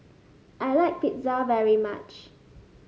I like Pizza very much